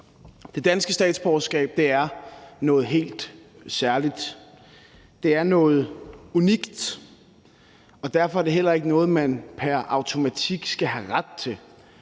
Det danske statsborgerskab er noget helt særligt. Det er noget unikt, og derfor er det heller ikke noget, man pr. automatik skal have ret til,